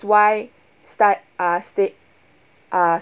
why start uh state uh